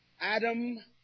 Adam